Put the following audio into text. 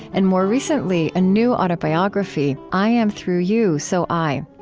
and more recently, a new autobiography, i am through you so i.